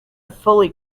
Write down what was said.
fully